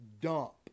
dump